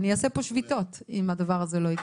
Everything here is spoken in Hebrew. אני אעשה פה שביתות אם הדבר הזה לא יקרה.